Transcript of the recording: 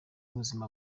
ubuzima